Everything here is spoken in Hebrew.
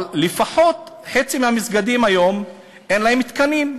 לפחות לחצי מהמסגדים היום אין תקנים,